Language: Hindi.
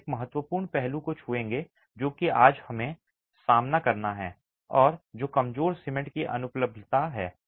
हम एक महत्वपूर्ण पहलू को छूएंगे जो कि आज हमें सामना करना है और जो कमजोर सीमेंट की अनुपलब्धता है